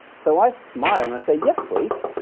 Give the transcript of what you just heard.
so i smile, and i say, yes, please.